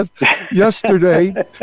yesterday